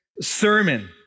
sermon